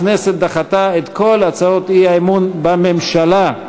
הכנסת דחתה את כל הצעות האי-אמון בממשלה.